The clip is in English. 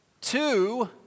Two